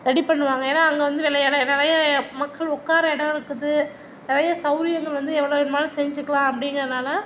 ready பண்ணுவாங்க ஏன்னால் அங்கே வந்து விளையாட நிறைய மக்கள் உட்கார இடம் இருக்குது நிறைய சவுகரியங்கள் வந்து எவ்வளோ வேணும்னாலும் செஞ்சுக்கலாம் அப்படிங்கறனால